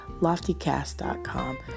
loftycast.com